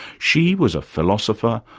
she was a philosopher,